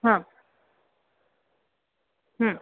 हां